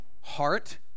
heart